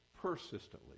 persistently